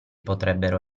potrebbero